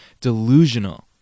delusional